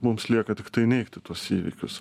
mums lieka tiktai neigti tuos įvykius